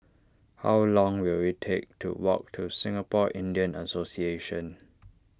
how long will it take to walk to Singapore Indian Association